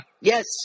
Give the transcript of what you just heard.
Yes